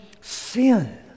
sin